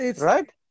right